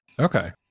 Okay